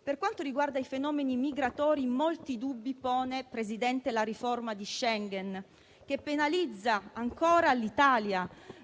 Per quanto riguarda i fenomeni migratori, molti dubbi pone, Presidente, la riforma di Schengen che penalizza ancora l'Italia